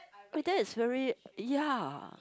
but that is very ya